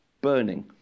burning